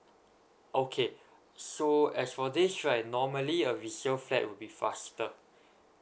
okay so as for this right normally a resale flat would be faster